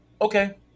Okay